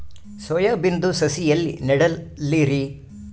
Soya ಬಿನದು ಸಸಿ ಎಲ್ಲಿ ನೆಡಲಿರಿ?